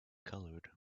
colored